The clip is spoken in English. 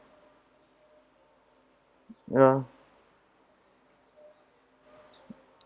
ya